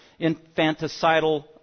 infanticidal